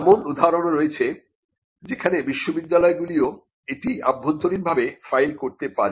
এমন উদাহরণও রয়েছে যেখানে বিশ্ববিদ্যালয়গুলিও এটি অভ্যন্তরীণভাবে ফাইল করতে পারে